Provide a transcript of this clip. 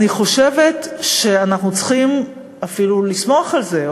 אני חושבת שאנחנו צריכים אפילו לסמוך על זה,